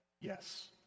yes